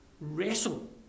wrestle